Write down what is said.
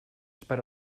per